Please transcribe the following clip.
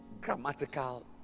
grammatical